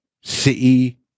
City